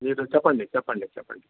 మీరు చెప్పండి చెప్పండి చెప్పండి